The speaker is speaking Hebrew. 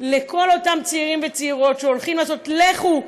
לכל אותם צעירים וצעירות שהולכים לעשות: לכו,